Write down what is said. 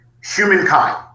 humankind